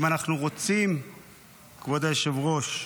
כבוד היושב-ראש,